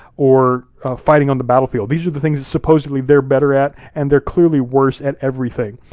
or fighting on the battlefield. these are the things that supposedly they're better at, and they're clearly worse at everything.